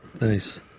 nice